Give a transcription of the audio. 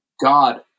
God